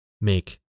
make